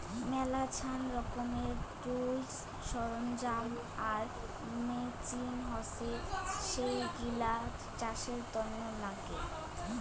মেলাছান রকমের টুলস, সরঞ্জাম আর মেচিন হসে যেইগিলা চাষের তন্ন নাগে